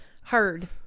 heard